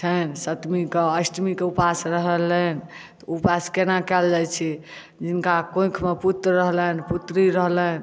छनि सप्तमी कऽ अष्टमी कऽ ऊपास रहलनि ऊपास केना कायल जाइ छै जिनका कोखि मे पुत्र रहलनि पुत्री रहलनि